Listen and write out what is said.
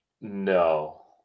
No